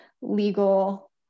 legal